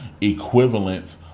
equivalent